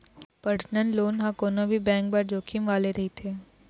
personal loan ह कोनो भी बेंक बर जोखिम वाले रहिथे